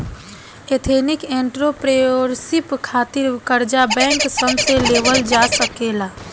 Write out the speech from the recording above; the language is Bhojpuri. एथनिक एंटरप्रेन्योरशिप खातिर कर्जा बैंक सन से लेवल जा सकेला